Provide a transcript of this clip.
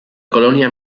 colonia